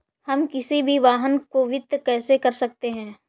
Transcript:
हम किसी भी वाहन को वित्त कैसे कर सकते हैं?